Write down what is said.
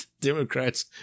Democrats